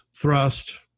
thrust